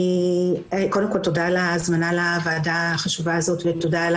קודם כל תודה על ההזמנה לוועדה החשובה הזאת ותודה על